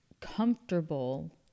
comfortable